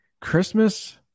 Christmas